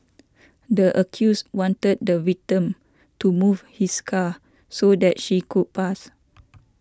the accused wanted the victim to move his car so that she could pass